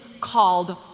called